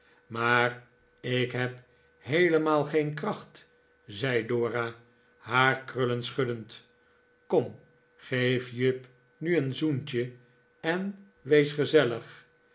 maar ik heb heelemaal geen kracht zei dora haar krullen schuddend kom geef jip nu een zoentje en wees gezellig